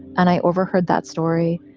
and i overheard that story.